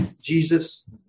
Jesus